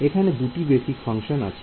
এখানে দুটি basic function আছে